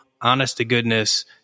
honest-to-goodness